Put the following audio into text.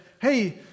hey